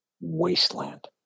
wasteland